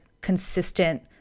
consistent